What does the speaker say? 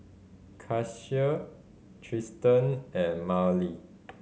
Cassius Tristen and Mylie